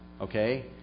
Okay